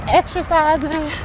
exercising